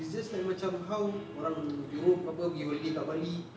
it's just like macam how orang europe confirm pergi holiday dekat bali